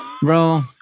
Bro